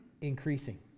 increasing